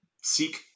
seek